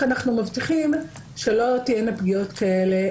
אנחנו מבטיחים שלא תהיינה פגיעות כאלה.